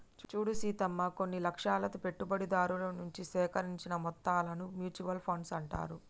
చూడు సీతమ్మ కొన్ని లక్ష్యాలతో పెట్టుబడిదారుల నుంచి సేకరించిన మొత్తాలను మ్యూచువల్ ఫండ్స్ అంటారు